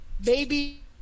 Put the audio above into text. Baby